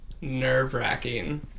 nerve-wracking